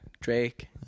Drake